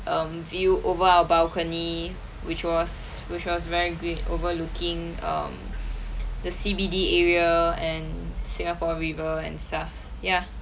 um view over our balcony which was which was very great overlooking um the C_B_D area and singapore river and stuff ya